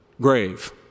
Grave